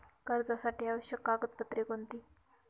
कर्जासाठी आवश्यक कागदपत्रे कोणती?